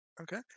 Okay